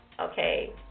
Okay